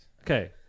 Okay